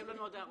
בסדר.